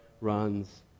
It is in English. runs